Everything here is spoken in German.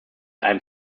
einem